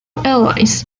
airlines